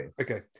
Okay